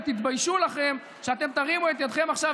ותתביישו לכם שאתם תרימו את ידכם עכשיו